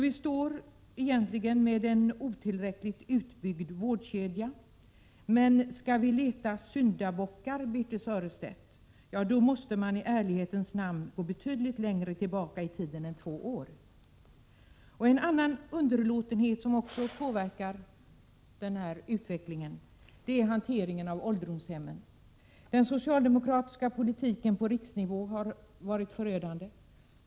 Vi står här egentligen med en otillräckligt utbyggd vårdkedja. Men skall man leta efter syndabockar, Birthe Sörestedt, ja, då måste man i ärlighetens namn gå betydligt längre tillbaka i tiden än två år! En annan underlåtenhet som också påverkar den här utvecklingen är hanteringen av ålderdomshemmen. Den socialdemokratiska politiken på riksnivå har varit förödande.